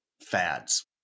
fads